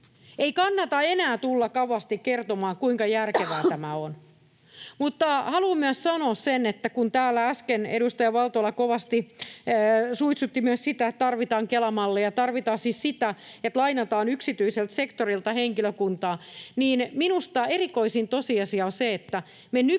Ei kannata enää tulla kauheasti kertomaan, kuinka järkevää tämä on. Mutta haluan myös sanoa sen, kun täällä äsken edustaja Valtola kovasti suitsutti myös sitä, että tarvitaan Kela-malleja — tarvitaan siis sitä, että lainataan yksityiseltä sektorilta henkilökuntaa — niin minusta erikoisin tosiasia on se, että nykyisistä